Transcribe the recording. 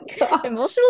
Emotional